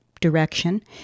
direction